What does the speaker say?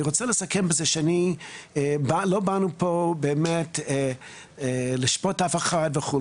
אני רוצה לסכם בזה שלא באנו פה באמת לשפוט אף אחד וכו'.